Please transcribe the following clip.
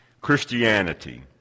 Christianity